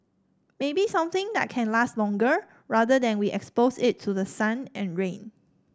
maybe something that can last longer rather than we expose it to the sun and rain